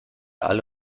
alle